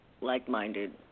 like-minded